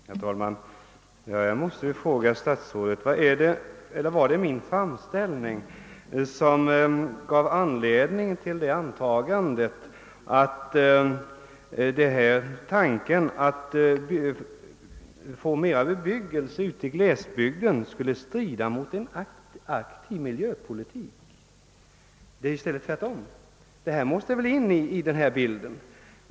Herr talman! Jag måste fråga statsrådet: Vad var det i min framställning som gav anledning till antagandet att tanken på mera bebyggelse i glesbygden skulle strida mot en aktiv miljöpolitik? Det är i stället tvärtom. Denna tanke måste därvidlag med i bilden.